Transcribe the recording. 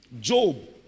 Job